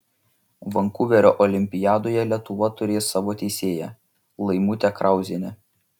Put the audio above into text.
vankuverio olimpiadoje lietuva turės savo teisėją laimutę krauzienę